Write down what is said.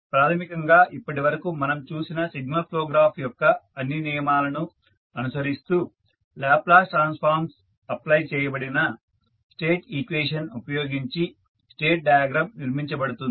ప్రాథమికంగా ఇప్పటివరకు మనం చూసిన సిగ్నల్ ఫ్లో గ్రాఫ్ యొక్క అన్ని నియమాలను అనుసరిస్తూ లాప్లేస్ ట్రాన్స్ఫార్మ్స్ అప్లై చేయబడిన స్టేట్ ఈక్వేషన్ ఉపయోగించి స్టేజ్ డయాగ్రమ్ నిర్మించబడుతుంది